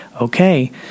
okay